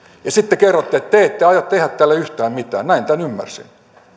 ja sitten kerrotte että te ette aio tehdä tälle yhtään mitään näin tämän ymmärsin